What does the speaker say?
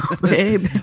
Babe